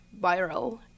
viral